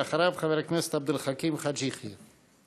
ואחריו, חבר הכנסת עבד אל חכים חאג' יחיא.